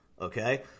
okay